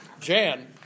Jan